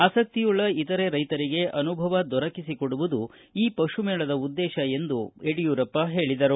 ಆಸಕ್ತಿಯುಳ್ಳ ಇತರೆ ರೈತರಿಗೆ ಆನುಭವ ದೊರಕಿಸಿಕೊಡುವುದು ಈ ಪಶು ಮೇಳದ ಉದ್ದೇಶ ಎಂದು ಅವರು ಹೇಳಿದರು